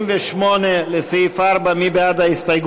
בעד,